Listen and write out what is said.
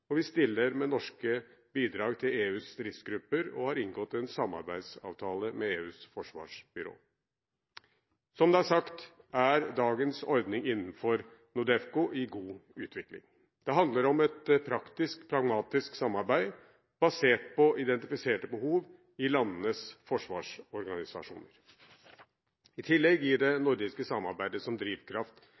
og vi stiller med norske bidrag til EUs stridsgrupper og har inngått en samarbeidsavtale med EUs forsvarsbyrå. Som det er sagt, er dagens ordning innenfor NORDEFCO i god utvikling. Det handler om et praktisk og pragmatisk samarbeid basert på identifiserte behov i landenes forsvarsorganisasjoner. I tillegg gir det nordiske samarbeidet som drivkraft